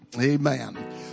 amen